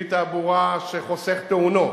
כלי תעבורה שחוסך תאונות,